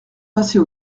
passer